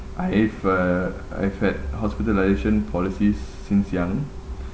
I've uh I've had hospitalisation policies since young